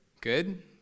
Good